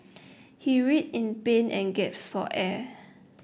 he writhed in pain and gasped for air